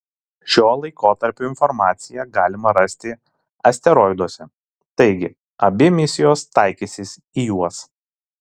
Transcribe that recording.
šio laikotarpio informaciją galima rasti asteroiduose taigi abi misijos taikysis į juos